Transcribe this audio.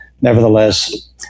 nevertheless